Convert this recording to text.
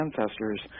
ancestors